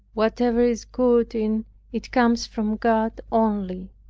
whatever is good in it comes from god only.